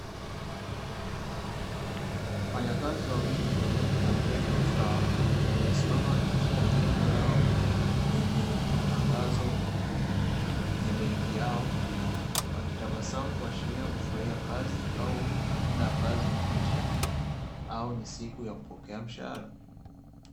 Wafanyakazi wawili wa benki la mtaji wa usawa, wamesimama nje ya jengo lao lenye matangazo ya benki yao, wakitabasamu kuashiria kufurahia kazi, au muda wa kazi umeisha au ni siku ya kupokea mshahara.